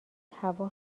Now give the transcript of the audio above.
هوا